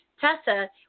Tessa